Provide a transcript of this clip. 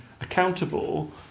accountable